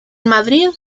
madrid